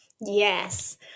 Yes